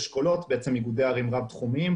אשכולות איגודי ערים רב-תחומיים,